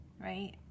right